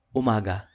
umaga